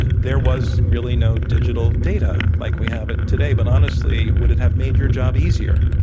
there was really no digital data like we have it today. but honestly, would it have made your job easier,